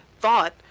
thought